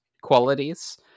qualities